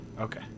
Okay